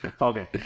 Okay